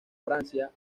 francia